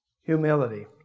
humility